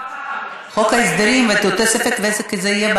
רווחה, רווחה, כמובן.